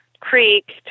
Creek